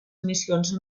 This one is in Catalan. emissions